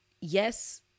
yes